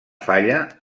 falla